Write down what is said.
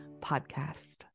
podcast